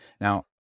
Now